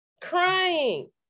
crying